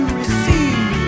receive